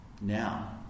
now